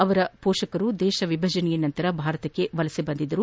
ಅವರ ಪೋಷಕರು ದೇಶ ವಿಭಜನೆಯ ನಂತರ ಭಾರತಕ್ಕೆ ವಲಸೆ ಬಂದಿದ್ದರು